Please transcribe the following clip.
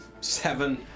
seven